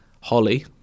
Holly